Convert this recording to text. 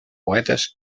poetes